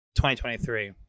2023